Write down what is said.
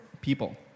people